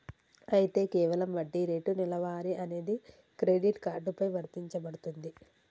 అయితే కేవలం వడ్డీ రేటు నెలవారీ అనేది క్రెడిట్ కార్డు పై వర్తించబడుతుంది